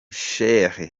sheikh